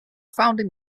founding